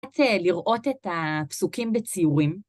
לראות את הפסוקים בציורים.